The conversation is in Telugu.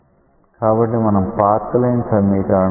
కాబట్టి మనం పాత్ లైన్ సమీకరణం వ్రాద్దాం